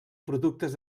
productes